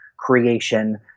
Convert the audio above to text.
Creation